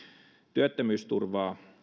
työttömyysturvaa